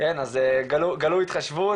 אז גלו התחשבות.